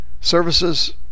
services